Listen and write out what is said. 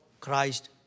Christ